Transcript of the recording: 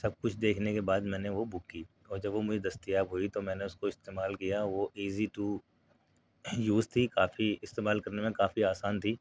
سب کچھ دیکھنے کے بعد میں نے وہ بک کی اور وہ جب مجھے دستیاب ہوئی تو میں نے اس کو استعمال کیا وہ ایزی ٹو یوز تھی کافی استعمال کرنے میں کافی آسان تھی